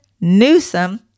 Newsom